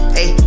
Hey